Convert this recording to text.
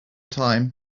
time